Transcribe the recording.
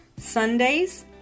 Sundays